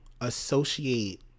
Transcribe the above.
associate